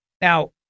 Now